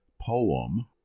poem